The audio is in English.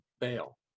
bail